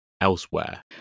elsewhere